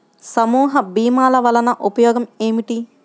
సమూహ భీమాల వలన ఉపయోగం ఏమిటీ?